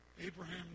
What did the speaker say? Abraham